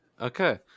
Okay